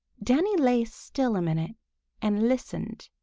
danny lay still a minute and listened.